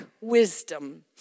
wisdom